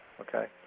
okay